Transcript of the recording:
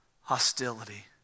hostility